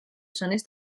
zones